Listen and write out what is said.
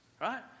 right